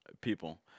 people